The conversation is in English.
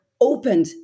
opened